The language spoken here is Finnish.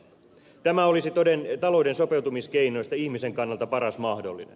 tämä olisi talouden sopeutumiskeinoista ihmisen kannalta paras mahdollinen